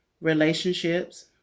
Relationships